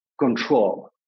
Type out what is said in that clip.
control